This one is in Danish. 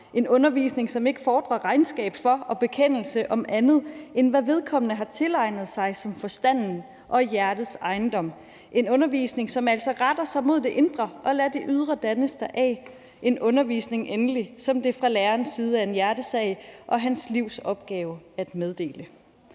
en undervisning, som ikke fordrer regnskab for og bekendelse om andet, end hvad vedkommende har tilegnet sig som forstandens og hjertets ejendom, en undervisning, som altså retter sig mod det indre og lader det ydre dannes deraf, en undervisning endelig, som det fra lærerens side er en hjertesag og hans livsopgave at meddele